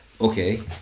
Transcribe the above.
okay